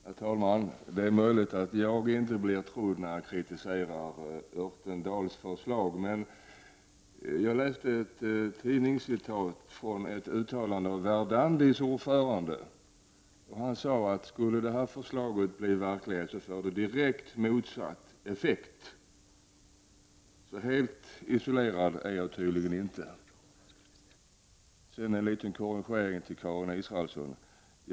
Herr talman! Det är möjligt att jag inte blir trodd när jag kritiserar Örtendahls förslag. Jag läste i en tidningsartikel ett uttalande av Verdandis ordförande. Han sade att skulle förslaget bli verklighet får det direkt motsatt effekt. Så helt isolerad är jag tydligen inte. Sedan vill jag korrigera Karin Israelsson på en punkt.